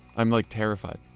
i'm like terrified.